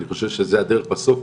אני חושב שזה הדרך בסוף,